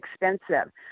expensive